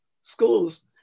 schools